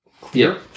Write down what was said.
clear